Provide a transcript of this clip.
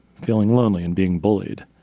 feeling lonely and being bullied.